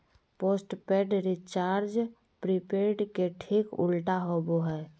postpaid recharge prepaid के ठीक उल्टा होबो हइ